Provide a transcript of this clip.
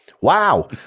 Wow